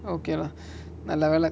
okay lah நல்ல வேல:nalla vela